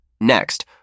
Next